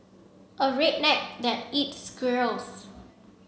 a redneck that eats squirrels